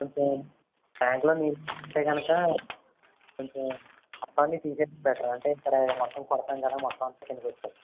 కొంచెం ట్యాంకులో నీళ్ళు ఉంటే గనుక కొంచెం అవన్నీ తీసేసి పెట్టారా అంటే ఇక్కడ మొత్తం కొడతాం కదా మొత్తం అంతా కిందకి వచ్చేత్తది